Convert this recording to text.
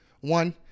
one